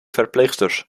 verpleegsters